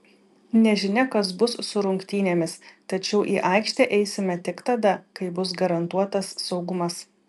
nežinia kas bus su rungtynėmis tačiau į aikštę eisime tik tada kai bus garantuotas saugumas